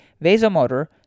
vasomotor